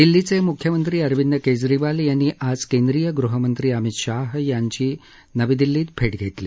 दिल्लीचे मुख्यमंत्री अरविंद केजरीवाल यांनी आज केन्द्रीय गृहमंत्री अमित शाह यांची आज नवी दिल्लीत भेट घेतली